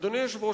אדוני היושב-ראש,